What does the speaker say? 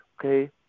okay